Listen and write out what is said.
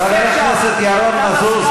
חבר הכנסת ירון מזוז,